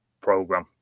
program